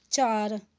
ਚਾਰ